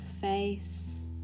face